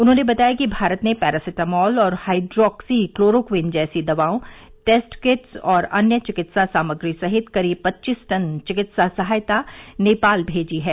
उन्होंने बताया कि भारत ने पैरासिटोमोल और हाइड्रोक्सीनक्लोरोक्वीन जैसी दवाओं टेस्ट किट्स और अन्य चिकित्सा सामग्री सहित करीब पच्चीस टन चिकित्सा सहायता नेपाल भेजी है